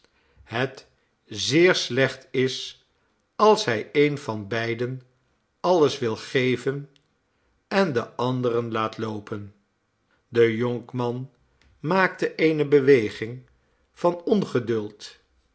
het zeer slecht is als hij een van beiden alles wil geven en den anderen laat loopen de jonkman maakte eene beweging van ongeduld